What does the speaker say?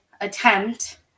attempt